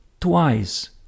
twice